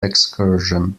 excursion